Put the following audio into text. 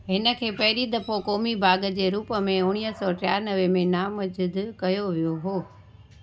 हिन खे पहिरीं दफ़ो क़ौमी बाग़ जे रूप में उणिवीह सौ टियानवे में नामज़िद कयो वियो हो